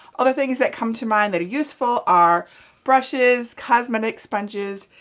other things that come to mind that are useful are brushes, cosmetic sponges,